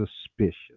suspicious